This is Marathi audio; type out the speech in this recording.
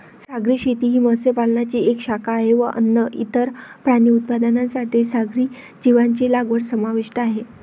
सागरी शेती ही मत्स्य पालनाची एक शाखा आहे व अन्न, इतर प्राणी उत्पादनांसाठी सागरी जीवांची लागवड समाविष्ट आहे